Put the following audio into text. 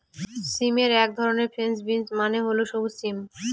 সিমের এক ধরন ফ্রেঞ্চ বিনস মানে হল সবুজ সিম